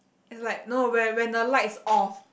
is like no where when the light is off